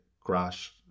crash